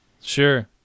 Sure